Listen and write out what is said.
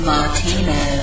Martino